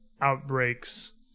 outbreaks